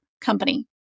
company